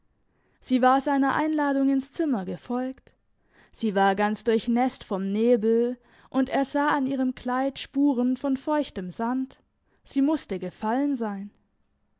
sie war seiner einladung ins zimmer gefolgt sie war ganz durchnässt vom nebel und er sah an ihrem kleid spuren von feuchtem sand sie musste gefallen sein